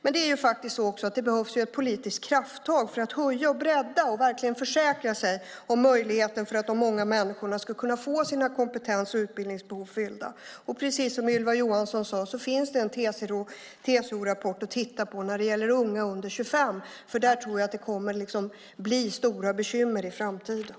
Men det behövs också ett politiskt krafttag för att höja, bredda och verkligen försäkra sig om att många människor kan få möjligheten att få sina kompetens och utbildningsbehov fyllda. Precis som Ylva Johansson sade finns det en TCO-rapport att titta på när det gäller unga under 25 år. Där tror jag att det kommer att bli stora bekymmer i framtiden.